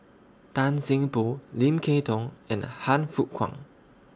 Tan Seng Poh Lim Kay Tong and Han Fook Kwang